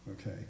okay